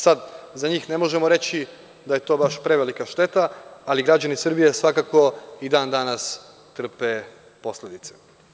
Sada za njih ne možemo reći da je prevelika šteta, ali građani Srbije svakako i dan danas trpe posledice.